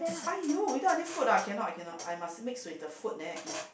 !aiyo! without any food ah I cannot I cannot I must mix with the food then I eat